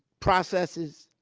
processes,